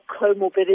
comorbidity